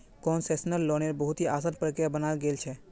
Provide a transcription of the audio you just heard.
concessional लोन्नेर बहुत ही असान प्रक्रिया बनाल गेल छे